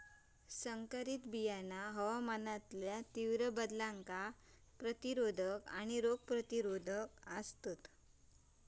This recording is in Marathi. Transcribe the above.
संकरित बियाणा हवामानातलो तीव्र बदलांका प्रतिरोधक आणि रोग प्रतिरोधक आसात